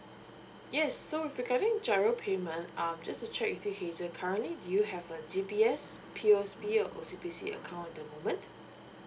yes so with regarding giro payment um just to check with you hazel currently do you have a D_B_S P_O_S_B or O_C_B_C account at the moment